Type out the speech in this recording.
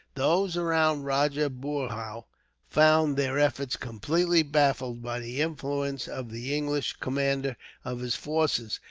those around rajah boorhau found their efforts completely baffled by the influence of the english commander of his forces,